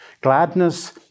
Gladness